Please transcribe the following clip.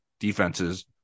defenses